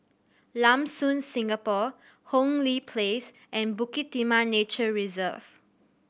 Lam Soon Singapore Hong Lee Place and Bukit Timah Nature Reserve